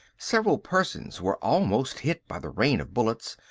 several persons were almost hit by the rain of bullets,